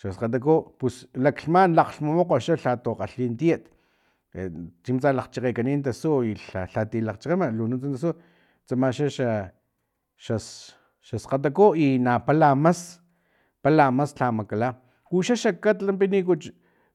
Xa skgataku pus laklhman lakglhmumokgo xa lhato kgalhi tiat e chimpara tsa lakgchakgekani tasiyu i lha lhati lakgchakgama li nuntsa tasu tsama xa xa xas xaskgataku i na pala mas pala mas lha makala uxaxa katl pinikuchu